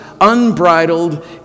unbridled